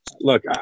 Look